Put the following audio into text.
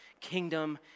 kingdom